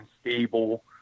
stable